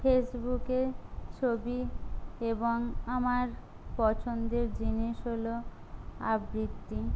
ফেসবুকে ছবি এবং আমার পছন্দের জিনিস হল আবৃত্তি